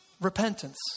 repentance